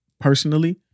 personally